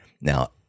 Now